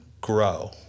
grow